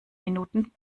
minuten